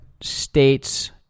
states